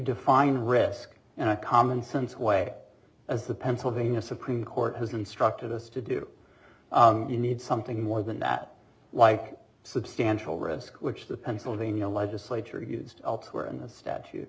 define risk and a common sense way as the pennsylvania supreme court has instructed us to do you need something more than that like substantial risk which the pennsylvania legislature used elsewhere in the statu